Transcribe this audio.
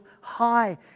high